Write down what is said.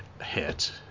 hit